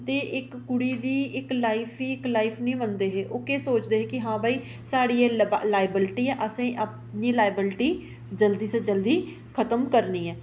ते इक कुड़ी दी कुड़ी दी लाइफ नीं मनदे हे ओह् केह् सोचदे हे कि हां भई साढ़ी एह् लाईवलिटी ऐ असेंगी अपनी लाईवलिटी जल्दी से जल्दी खतम करनी ऐ